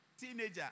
Teenager